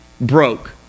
broke